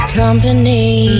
company